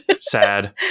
sad